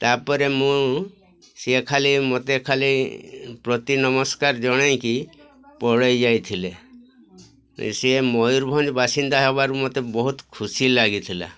ତା'ପରେ ମୁଁ ସିଏ ଖାଲି ମୋତେ ଖାଲି ପ୍ରତି ନମସ୍କାର ଜଣେଇକି ପଳେଇ ଯାଇଥିଲେ ସିଏ ମୟୂରଭଞ୍ଜ ବାସିନ୍ଦା ହେବାରୁ ମୋତେ ବହୁତ ଖୁସି ଲାଗିଥିଲା